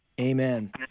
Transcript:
Amen